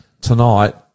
tonight